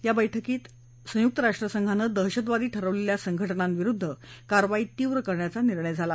या बक्कीत संयुक राष्ट्रसंघानं दहशतवादी ठरवलेल्या संघटनाविरुद्ध कारवाई तीव्र करण्याचा निर्णय झाला